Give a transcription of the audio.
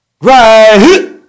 right